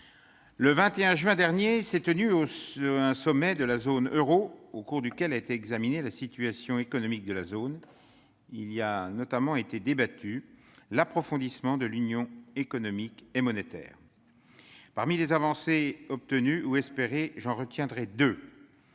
le 21 juin dernier s'est tenu un sommet de la zone euro au cours duquel a été examinée la situation économique de la zone. Il y a notamment été débattu de l'approfondissement de l'Union économique et monétaire. Parmi les avancées obtenues ou espérées, j'en retiendrai deux.